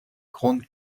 grande